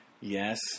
Yes